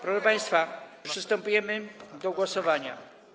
Proszę państwa, przystępujemy do głosowania.